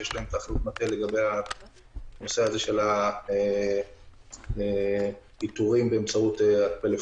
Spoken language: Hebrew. שיש להם את אחריות המטה בנושא של האיתורים באמצעות הפלאפונים.